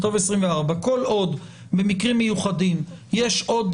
נכתוב 24. כל עוד במקרים מיוחדים יש עוד